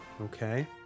Okay